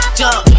jump